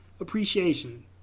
appreciation